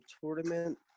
tournament